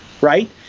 right